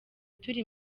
turi